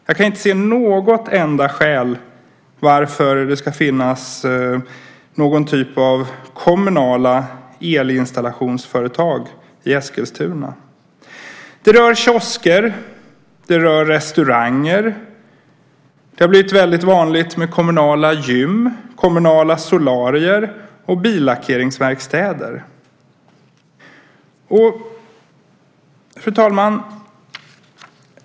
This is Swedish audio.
Jag kan inte se något enda skäl till att det ska finnas någon typ av kommunala elinstallationsföretag i Eskilstuna. Det rör kiosker och restauranger. Det har blivit vanligt med kommunala gym, kommunala solarier och kommunala billackeringsverkstäder. Fru talman!